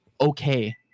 okay